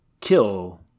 kill